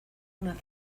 una